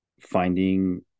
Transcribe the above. finding